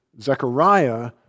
Zechariah